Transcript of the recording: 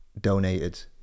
donated